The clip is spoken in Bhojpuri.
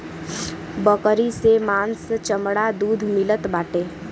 बकरी से मांस चमड़ा दूध मिलत बाटे